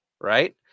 right